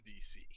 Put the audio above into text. DC